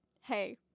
hey